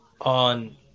on